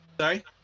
Sorry